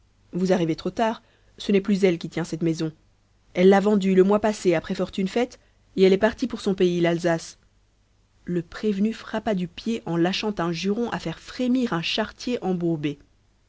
vous arrivez trop tard ce n'est plus elle qui tient cette maison elle l'a vendue le mois passé après fortune faite et elle est partie pour son pays l'alsace le prévenu frappa du pied en lâchant un juron à faire frémir un charretier embourbé